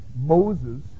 Moses